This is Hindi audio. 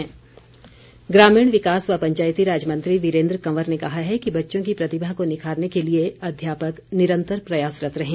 वीरेन्द्र कंवर ग्रामीण विकास व पंचायती राज मंत्री वीरेन्द्र कंवर ने कहा है कि बच्चों की प्रतिभा को निखारने के लिए अध्यापक निरंतर प्रयासरत्त रहें